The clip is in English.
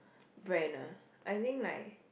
brand ah I think like